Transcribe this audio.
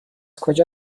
کجا